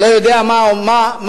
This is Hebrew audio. לא יודע מה בממשלה,